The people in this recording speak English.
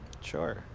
Sure